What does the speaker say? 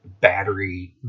battery